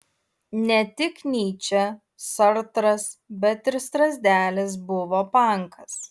ne tik nyčė sartras bet ir strazdelis buvo pankas